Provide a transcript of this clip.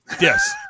Yes